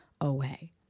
away